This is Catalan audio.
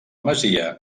masia